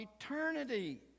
eternity